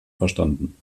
verstanden